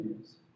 news